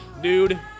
dude